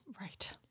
Right